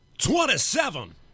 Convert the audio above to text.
Twenty-seven